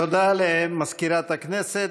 תודה למזכירת הכנסת.